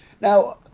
Now